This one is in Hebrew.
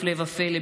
הפלא ופלא,